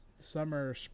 summer